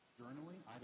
journaling